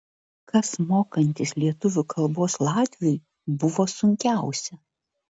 kas mokantis lietuvių kalbos latviui buvo sunkiausia